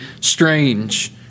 strange